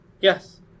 Yes